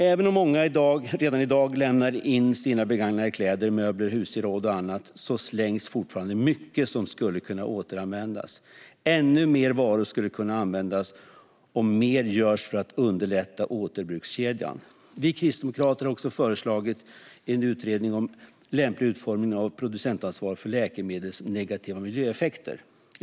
Även om många redan i dag lämnar in sina begagnade kläder, möbler, husgeråd och annat slängs fortfarande mycket som skulle kunna återanvändas. Ännu fler varor skulle kunna återanvändas om mer skulle göras för att underlätta återbrukskedjan. Vi kristdemokrater har också föreslagit en utredning om lämplig utformning av ett producentansvar för läkemedels negativa miljöeffekter.